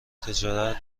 تجارت